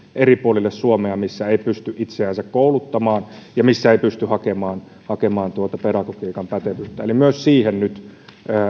eri puolille suomea katvealueita missä ei pysty itseänsä kouluttamaan ja missä ei pysty hakemaan hakemaan pedagogiikan pätevyyttä eli myös siihen ryhtiä nyt